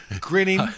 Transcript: Grinning